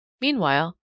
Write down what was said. Meanwhile